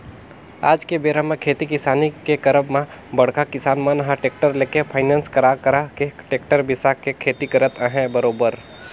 आज के बेरा म खेती किसानी के करब म बड़का किसान मन ह टेक्टर लेके फायनेंस करा करा के टेक्टर बिसा के खेती करत अहे बरोबर